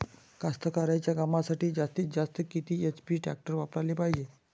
कास्तकारीच्या कामासाठी जास्तीत जास्त किती एच.पी टॅक्टर वापराले पायजे?